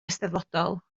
eisteddfodol